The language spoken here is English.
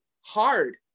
hard